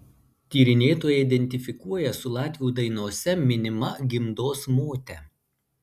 tyrinėtojai identifikuoja su latvių dainose minima gimdos mote